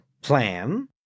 plan